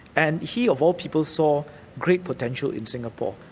and he of all people saw great potential in singapore.